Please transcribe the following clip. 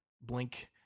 Blink